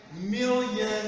million